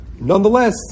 Nonetheless